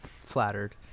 flattered